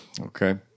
okay